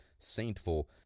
saintful